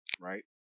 right